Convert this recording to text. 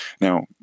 Now